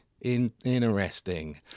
Interesting